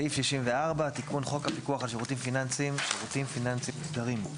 64.תיקון חוק הפיקוח על שירותים פיננסיים (שירותים פיננסיים מוסדרים)